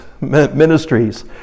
ministries